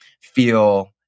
feel